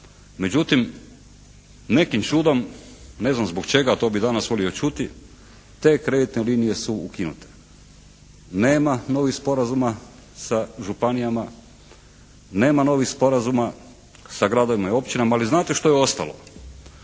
Međutim, nekim čudom ne znam zbog čega, a to bih danas volio čuti te kreditne linije su ukinute. Nema novih sporazuma sa županijama, nema novih sporazuma sa gradovima i općinama. Ali znate što je ostalo.